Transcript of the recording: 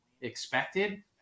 expected